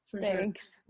Thanks